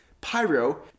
Pyro